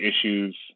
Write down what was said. issues